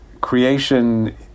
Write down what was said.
creation